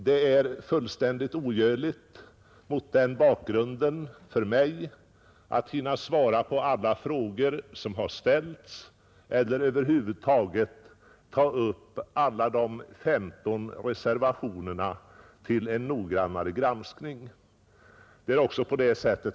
Mot den bakgrunden är det fullständigt ogörligt för mig att hinna svara på alla frågor som har ställts eller över huvud taget ta upp alla de 15 reservationerna till en noggrannare granskning.